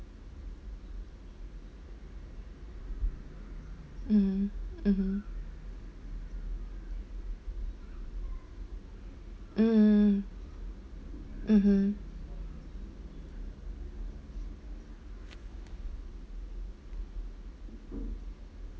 mm mmhmm mm mmhmm